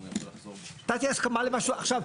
עכשיו,